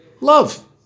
Love